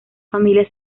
familia